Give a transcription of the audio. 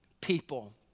people